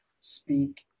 speak